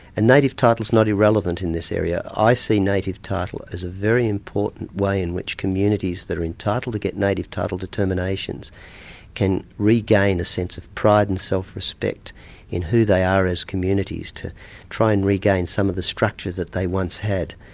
and native title's not irrelevant in this area. i see native title as a very important way in which communities that are entitled to get native title determinations can regain a sense of pride and self-respect self-respect in who they are as communities to try and regain some of the structure that they once had.